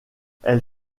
elle